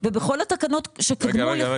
אם היו פונים אלינו אז ואומרים שיש את הבעיה הזאת,